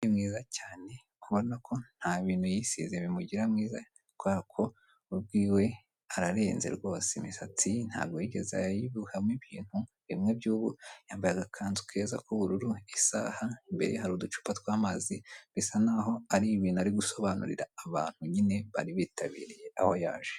Ni mwiza cyane kubona ko nta bintu yisize bimugira mwiza, kubera ko ubwiwe ararenze rwose, imisatsi ntabwo yigeze ayirohamo ibintu bimwe by'ubu, yambaye agakanzu keza k'ubururu n'isaha, imbere hari uducupa tw'amazi bisa naho ari ibintu ari gusobanurira abantu nyine bari bitabiriye aho yaje.